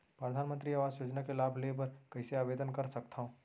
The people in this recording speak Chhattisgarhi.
परधानमंतरी आवास योजना के लाभ ले बर कइसे आवेदन कर सकथव?